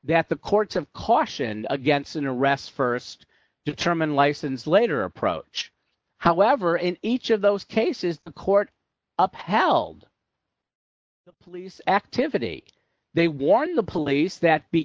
that the court to caution against an arrest st determine license later approach however in each of those cases the court upheld police activity they warn the police that be